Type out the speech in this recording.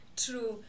true